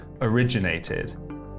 originated